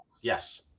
yes